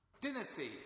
Dynasty